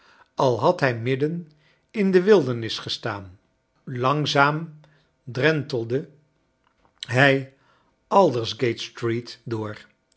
al had hij midden in de wildernis gestaan langzaam drentelde hij aldersgate street door